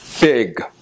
Big